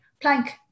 plank